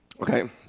Okay